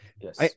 Yes